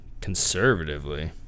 conservatively